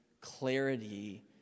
clarity